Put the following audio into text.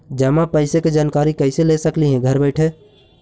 जमा पैसे के जानकारी कैसे ले सकली हे घर बैठे?